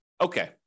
okay